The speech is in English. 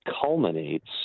culminates